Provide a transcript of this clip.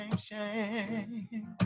shame